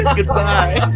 Goodbye